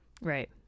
right